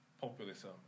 populism